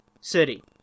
City